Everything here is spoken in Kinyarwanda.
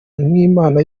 nk’imana